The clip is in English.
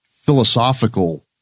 philosophical